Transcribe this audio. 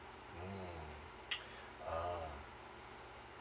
mm oh